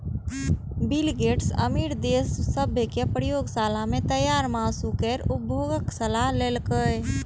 bill Gates अमीर देश सभ कें प्रयोगशाला मे तैयार मासु केर उपभोगक सलाह देलकैए